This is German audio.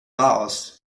laos